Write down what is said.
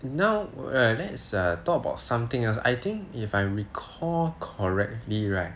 now right let's talk about something else I think if I recall correctly right